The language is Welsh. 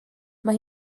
mae